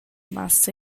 massa